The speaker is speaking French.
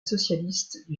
socialiste